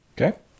Okay